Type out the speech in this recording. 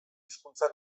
hizkuntza